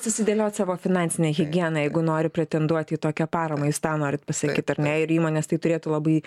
susidėliot savo finansinę higieną jeigu nori pretenduot į tokią paramą jūs tą norit pasakyt ar ne ir įmonės tai turėtų labai